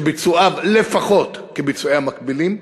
שביצועיו לפחות כביצועי המקבילים,